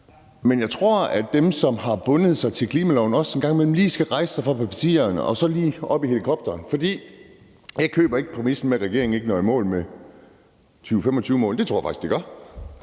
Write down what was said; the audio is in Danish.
Men jeg tror, at dem, der har bundet sig til klimaloven, også en gang imellem lige skal rejse sig fra partiet og komme op i helikopterperspektiv. For jeg køber ikke præmissen med, at regeringen ikke når i mål med 2025-målet, for det tror jeg faktisk de gør,